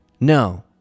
No